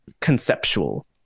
conceptual